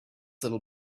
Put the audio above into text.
little